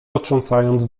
potrząsając